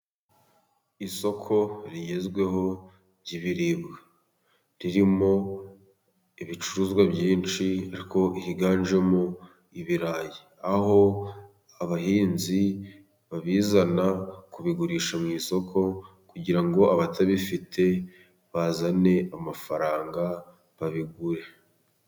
Isoko rigezweho ry'ibiribwa, ririmo ibicuruzwa byinshi ariko higanjemo ibirayi , aho abahinzi babizana kubigurisha mu isoko kugira ngo abatabifite bazane amafaranga babigure.